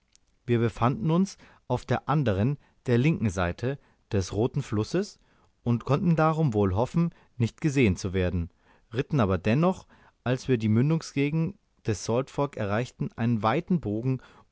wir befanden uns auf der anderen der linken seite des roten flusses und konnten darum wohl hoffen nicht gesehen zu werden ritten aber dennoch als wir die mündungsgegend des salt fork erreichten einen weiten bogen